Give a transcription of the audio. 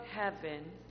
heaven